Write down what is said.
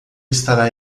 estará